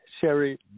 Sherry